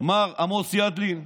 מר עמוס ידלין,